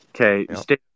Okay